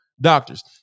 doctors